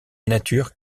nature